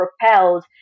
propelled